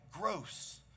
Gross